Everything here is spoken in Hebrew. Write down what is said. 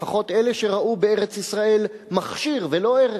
לפחות אלה שראו בארץ-ישראל מכשיר ולא ערך.